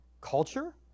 culture